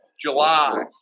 July